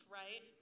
right